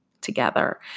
together